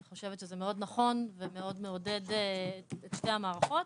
אני חושבת שזה מאוד נכון ומאוד מעודד את שתי המערכות.